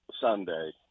Sunday